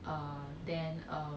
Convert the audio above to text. uh then uh